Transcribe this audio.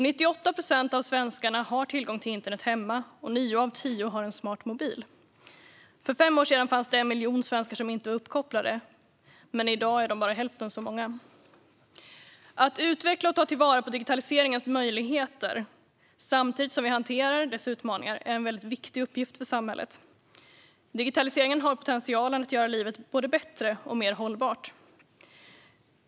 98 procent av svenskarna har tillgång till internet hemma, och nio av tio har en smart mobil. För fem år sedan fanns det 1 miljon svenskar som inte var uppkopplade. I dag är de bara hälften så många. Att utveckla och ta till vara digitaliseringens möjligheter, samtidigt som vi hanterar dess utmaningar, är en viktig uppgift för samhället. Digitaliseringen har potentialen att göra livet både bättre och mer hållbart.